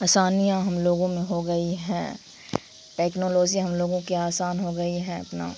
آسانیاں ہم لوگوں میں ہو گئی ہیں ٹیکنالوزی ہم لوگوں کی آسان ہو گئی ہے اپنا